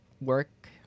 work